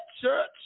church